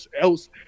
else